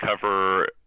cover